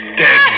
dead